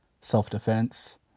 self-defense